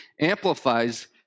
amplifies